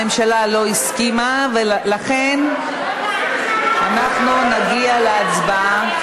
הממשלה לא הסכימה ולכן נגיע להצבעה.